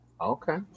Okay